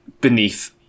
beneath